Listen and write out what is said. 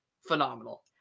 phenomenal